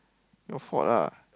your fault ah